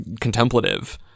contemplative